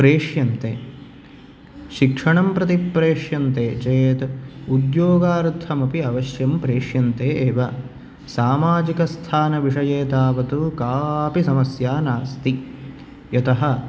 प्रेष्यन्ते शिक्षणं प्रति प्रेष्यन्ते चेत् उद्योगार्थमपि अवश्यं प्रेष्यन्ते एव सामाजिक स्थान विषये तावत् कापि समस्या नास्ति यतः